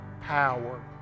power